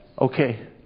okay